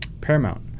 Paramount